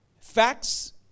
facts